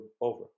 over